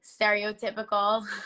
stereotypical